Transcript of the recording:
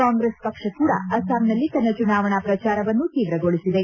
ಕಾಂಗ್ರೆಸ್ ಪಕ್ಷ ಕೂಡ ಅಸ್ಸಾಂನಲ್ಲಿ ತನ್ನ ಚುನಾವನಾ ಪ್ರಚಾರವನ್ನು ತೀವ್ರಗೊಳಿಸಿದೆ